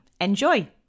Enjoy